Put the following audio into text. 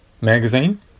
magazine